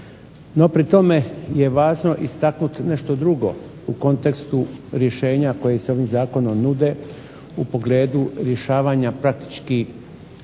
No pri tome je važno istaknuti nešto drugo u kontekstu rješenja koja se ovim zakonom nude u pogledu rješavanja praktički